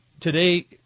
Today